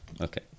okay